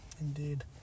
Indeed